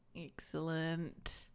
Excellent